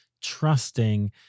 trusting